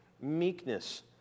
meekness